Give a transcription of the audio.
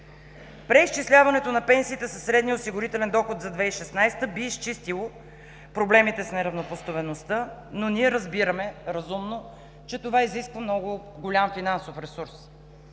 Преизчисляването на пенсиите със средния осигурителен доход за 2016 г. би изчистило проблемите с неравнопоставеността, но ние разбираме разумно, че това изисква много голям финансов ресурс.